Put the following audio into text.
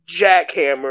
jackhammer